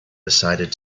decided